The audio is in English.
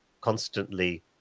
constantly